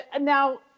Now